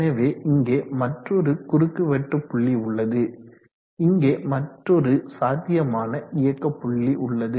எனவே இங்கே மற்றொரு குறுக்குவெட்டு புள்ளி உள்ளது இங்கே மற்றொரு சாத்தியமான இயக்க புள்ளி உள்ளது